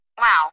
Wow